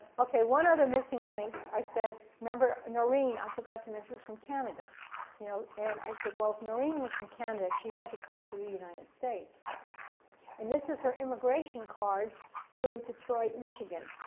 okay one other missing link i said, remember noreen, i forgot to mention was from canada you know and i said well if noreen was from canada then she had to come to the united states and this is her immigration card through detroit, michigan